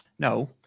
No